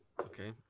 Okay